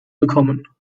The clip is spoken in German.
bekommen